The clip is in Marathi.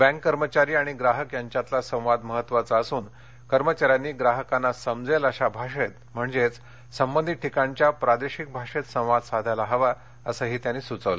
बँक कर्मचारी आणि ग्राहक यांच्यातला संवाद महत्वाचा असून कर्मचाऱ्यांनी ग्राहकांना समजेल अशा भाषेत म्हणजेच संबंधित ठिकाणच्या प्रादेशिक भाषेत संवाद साधायला हवा असंही त्यांनी सुचवलं